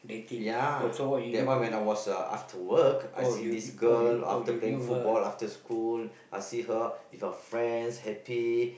ya that one when I was uh after work I see this girl after playing football after school I see her with her friends happy